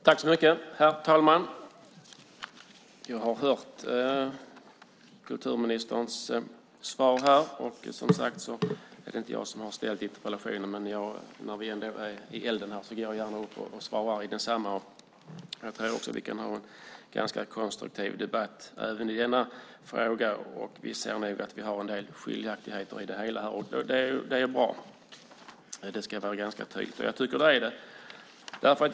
Herr talman! Jag har lyssnat på kulturministerns svar. Det är som sagt inte jag som ställt interpellationen, men när vi ändå är i elden går jag gärna upp och svarar i densamma. Jag tror att vi kan ha en ganska konstruktiv debatt även i denna fråga, trots att det finns en del skiljaktigheter. Det är bra; de ska framgå tydligt.